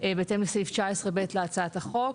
בהתאם לסעיף 19(ב) להצעת החוק,